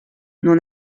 non